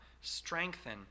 strengthen